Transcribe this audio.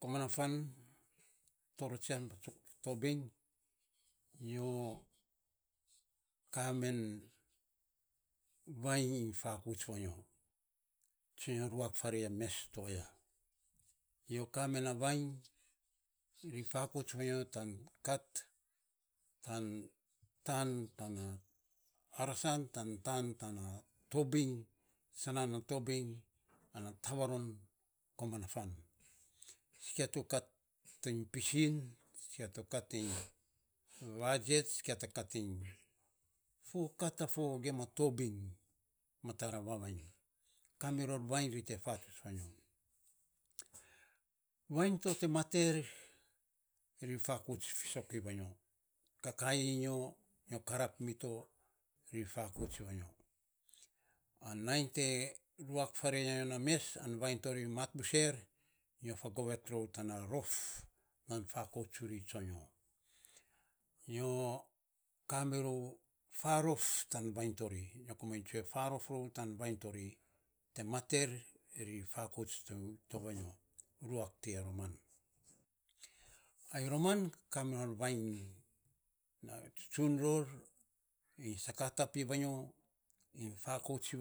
Koman na fan torotsian fatobiny nyo ka men vainy fakouts vanyo, sa nyo ruak farei a mes to aya, nyo kamen na vainy ri fakouts vanyo tan kat tan arasan tan sanan na tobiny ana ta varon tana fan, tsikia tu kat iny pisin tsikia tu kat iny vatsets tsikia tu kat iny fo kat ta fo gima tobiny mata ra vavainy, ka miro ra vaviny ri te fatsuts vanyo vainy to te mat ter ri fakouts fisok irvanyo kakai nyo, nyo karap mi to ri fakouts vanyo an nainy te ruak farei anyo na mes an vainy to ri mat buser, nyo fa govet rou tana rof, tan fakouts tsuri tsionyo, nyo ka mi rou farof tan vainy tori nyo komainy tsue farof tan vainy to ri te mat er ri fakouts to ma nyo, ruakti ya roman ai roman kaminon vainy nainy tsutsun ror, ri sakatap iny